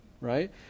right